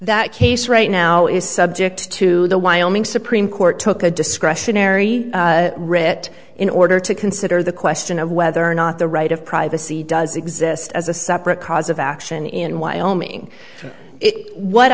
that case right now is subject to the wyoming supreme court took a discretionary writ in order to consider the question of whether or not the right of privacy does exist as a separate cause of action in wyoming what